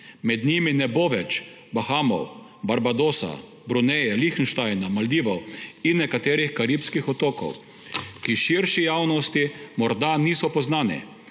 Med njimi ne bo več Bahamov, Barbadosa, Bruneja, Lihtenštajna, Maldivov in nekaterih karibskih otokov, ki širši javnosti morda niso poznani,